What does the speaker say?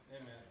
Amen